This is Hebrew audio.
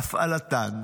הפעלתן,